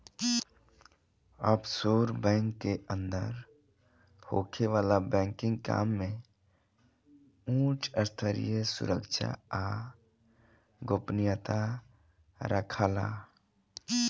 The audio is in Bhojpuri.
ऑफशोर बैंक के अंदर होखे वाला बैंकिंग काम में उच स्तरीय सुरक्षा आ गोपनीयता राखाला